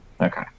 Okay